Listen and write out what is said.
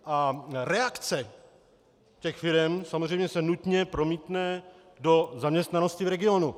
A reakce těch firem se samozřejmě nutně promítne do zaměstnanosti v regionu.